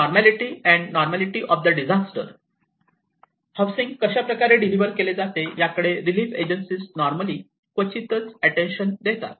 normality and normality of disaster housing कशाप्रकारे deliver केले जाते याकडे रिलीफ एजन्सिज नॉर्मली क्वचितच अटेंशन देतात